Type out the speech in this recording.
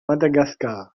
madagascar